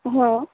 હા